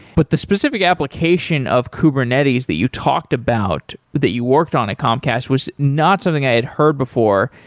but the specific application of kubernetes that you talked about, that you worked on at comcast was not something i had heard before.